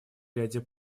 ряде